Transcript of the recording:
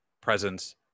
presence